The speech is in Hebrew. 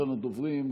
ראשון הדוברים,